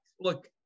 look